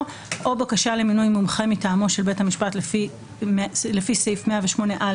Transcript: "או בקשה למינוי מומחה מטעמו של בית המשפט לפי סעיף 108א